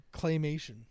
claymation